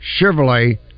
Chevrolet